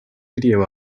video